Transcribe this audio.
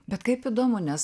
bet kaip įdomu nes